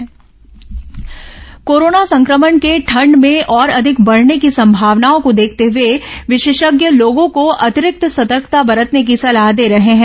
corona जागरूकता corona संक्रमण के ठंड में और अधिक बढ़ने की संभावनाओं को देखते हुए विशेषज्ञ लोगों को अतिरिक्त सतर्कता बरतने की सलाह दे रहे हैं